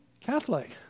Catholic